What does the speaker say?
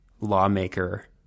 lawmaker